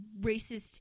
racist